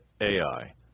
Ai